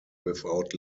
without